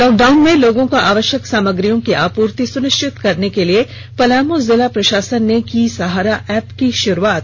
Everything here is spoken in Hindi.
लॉक डाउन में लोगों को आवश्यक सामग्रियों की आपूर्ति सुनिष्चित करने के लिए पलामू जिला प्रशासन ने की सहारा एप्प की शुरुआत